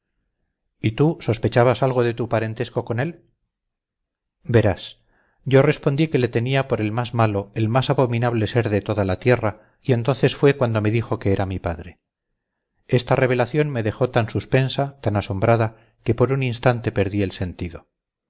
y tú sospechabas algo de tu parentesco con él verás yo respondí que le tenía por el más malo el más abominable ser de toda la tierra y entonces fue cuando me dijo que era mi padre esta revelación me dejó tan suspensa tan asombrada que por un instante perdí el sentido